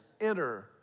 enter